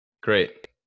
Great